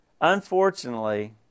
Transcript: Unfortunately